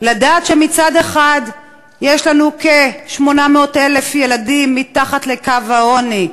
לדעת שמצד אחד יש לנו כ-800,000 ילדים מתחת לקו העוני,